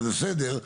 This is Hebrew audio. זה בסדר,